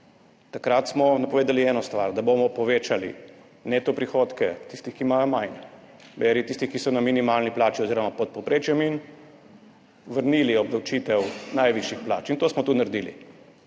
Takrat smo napovedali eno stvar, da bomo povečali neto prihodke tistih, ki imajo manj, beri tistih, ki so na minimalni plači oziroma pod povprečjem, in vrnili obdavčitev najvišjih plač, in to smo tudi naredili.